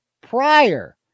prior